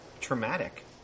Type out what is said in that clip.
traumatic